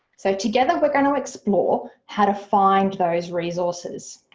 so together we're going to explore how to find those resources.